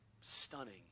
stunning